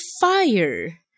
fire